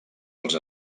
els